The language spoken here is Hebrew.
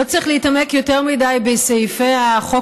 לא צריך להתעמק יותר מדי בסעיפי החוק